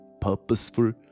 purposeful